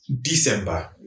December